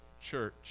church